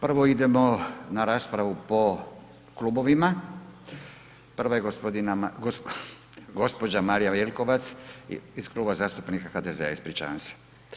Prvo idemo na raspravu po klubovima, prva je gospođa Marija Jelkovac, iz Kluba zastupnika HDZ-a, ispričavam se.